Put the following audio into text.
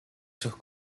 sus